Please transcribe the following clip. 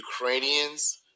Ukrainians